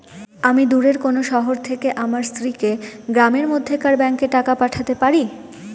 আমি দূরের কোনো শহর থেকে আমার স্ত্রীকে গ্রামের মধ্যেকার ব্যাংকে টাকা পাঠাতে পারি?